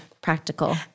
practical